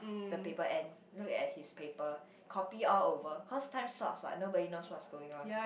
the paper ends look at his paper copy all over cause time sots what nobody knows what's going on